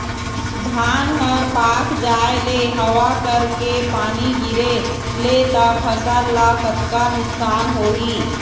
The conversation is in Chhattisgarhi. धान हर पाक जाय ले हवा करके पानी गिरे ले त फसल ला कतका नुकसान होही?